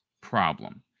problem